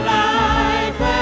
life